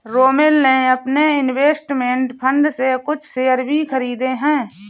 रोमिल ने अपने investment fund से कुछ शेयर भी खरीदे है